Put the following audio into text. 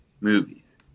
movies